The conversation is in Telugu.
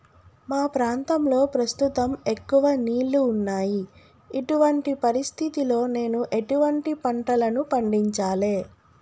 మా ప్రాంతంలో ప్రస్తుతం ఎక్కువ నీళ్లు ఉన్నాయి, ఇటువంటి పరిస్థితిలో నేను ఎటువంటి పంటలను పండించాలే?